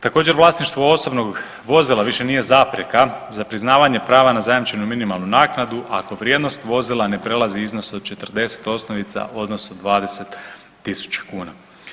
Također vlasništvo osobnog vozila više nije zapreka za priznavanje prava na zajamčenu minimalnu naknadu ako vrijednost vozila ne prelazi iznos od 40 osnovica odnosno 20.000 kuna.